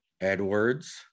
Edwards